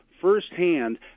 firsthand